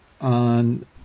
on